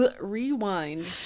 Rewind